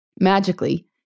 Magically